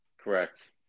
Correct